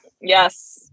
Yes